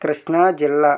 కృష్ణా జిల్లా